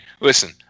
listen